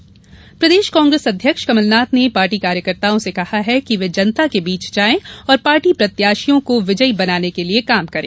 कमलनाथ प्रदेश कांग्रेस अध्यक्ष कमलनाथ ने पार्टी कार्यकर्ताओं से कहा है कि वे जनता के बीच जायें और पार्टी प्रत्याशियों को विजयी बनाने के लिए काम करें